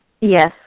Yes